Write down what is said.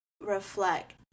reflect